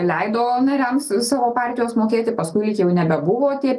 leido nariams savo partijos mokėti paskui lyg jau nebebuvo tie